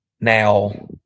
now